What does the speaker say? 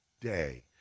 day